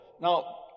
Now